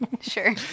Sure